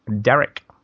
Derek